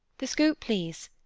the scoop, please.